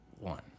one